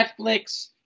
Netflix